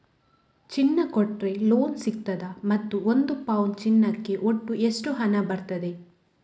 ಚಿನ್ನ ಕೊಟ್ರೆ ಲೋನ್ ಸಿಗ್ತದಾ ಮತ್ತು ಒಂದು ಪೌನು ಚಿನ್ನಕ್ಕೆ ಒಟ್ಟು ಎಷ್ಟು ಹಣ ಬರ್ತದೆ?